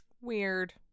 Weird